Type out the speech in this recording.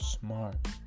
Smart